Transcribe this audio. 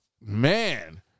Man